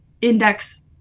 Index